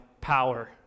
power